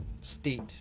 state